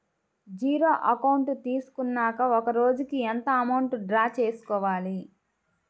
Zero account తీసుకున్నాక ఒక రోజుకి ఎంత అమౌంట్ డ్రా చేసుకోవాలి?